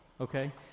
Okay